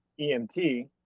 EMT